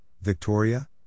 Victoria